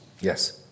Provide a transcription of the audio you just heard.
Yes